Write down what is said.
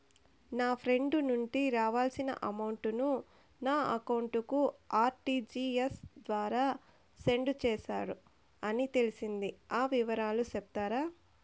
నా ఫ్రెండ్ నుండి రావాల్సిన అమౌంట్ ను నా అకౌంట్ కు ఆర్టిజియస్ ద్వారా సెండ్ చేశారు అని తెలిసింది, ఆ వివరాలు సెప్తారా?